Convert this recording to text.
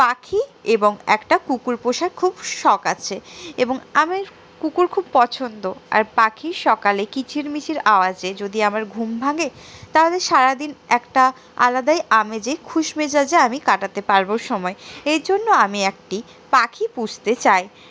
পাখি এবং একটা কুকুর পোষার খুব শখ আছে এবং আমি কুকুর খুব পছন্দ আর পাখির সকালে কিচিরমিচির আওয়াজে যদি আমার ঘুম ভাঙে তাহলে সারাদিন একটা আলাদাই আমেজে খোশ মেজাজে আমি কাটাতে পারবো সময় এই জন্য আমি একটি পাখি পুষতে চাই